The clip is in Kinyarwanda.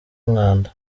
umwanda